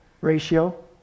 ratio